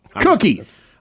Cookies